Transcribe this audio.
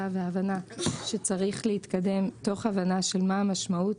וההבנה שצריך להתקדם תוך הבנה של מה המשמעות.